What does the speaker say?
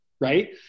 right